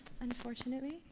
unfortunately